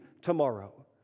tomorrow